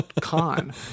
con